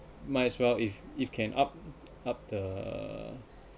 might as well if if can up up the